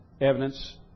evidence